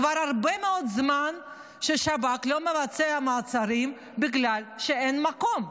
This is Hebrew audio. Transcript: כבר הרבה מאוד זמן ששב"כ לא מבצע מעצרים בגלל שאין מקום.